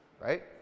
Right